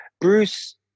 Bruce